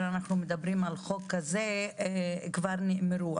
אנחנו מדברים על חוק כזה כבר נאמרו,